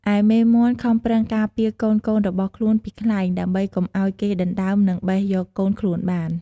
ឯមេមាន់ខំប្រឹងការពារកូនៗរបស់ខ្លួនពីខ្លែង ដើម្បីកុំឱ្យគេដណ្ដើមនិងបេះយកកូនខ្លួនបាន។